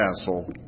castle